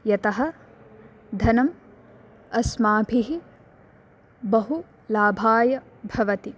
यतः धनं अस्माभिः बहु लाभाय भवति